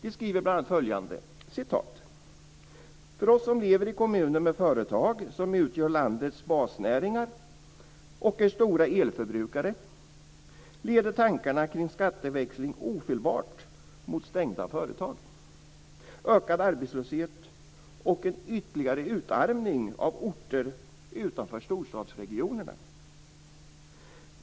De skriver bl.a. följande: "För oss som lever i kommuner med företag som utgör landets basnäringar och är stora elförbrukare, leder tankarna kring skatteväxling ofelbart mot stängda företag, ökad arbetslöshet och en ytterligare utarmning av orter utanför storstadsregionerna.